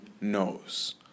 knows